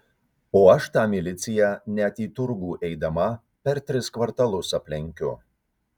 o aš tą miliciją net į turgų eidama per tris kvartalus aplenkiu